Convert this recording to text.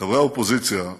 ואנחנו חמוצים,